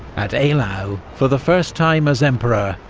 at eylau, for the first time as emperor,